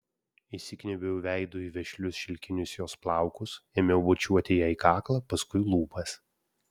įsikniaubiau veidu į vešlius šilkinius jos plaukus ėmiau bučiuoti jai kaklą paskui lūpas